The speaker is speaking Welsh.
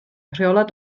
rheolau